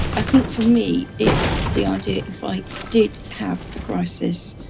i think, for me, it's the idea if i did have a crisis